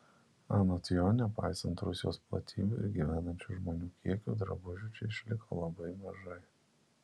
anot jo nepaisant rusijos platybių ir gyvenančių žmonių kiekio drabužių čia išliko labai mažai